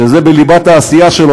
שזה בליבת העשייה שלו,